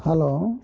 hello